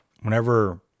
whenever